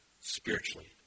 spiritually